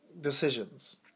decisions